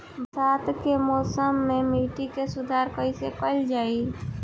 बरसात के मौसम में मिट्टी के सुधार कईसे कईल जाई?